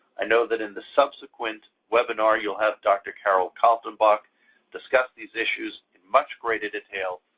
i know that in the subsequent webinar you'll have dr. karol kaltenbach discuss these issues in much greater detail.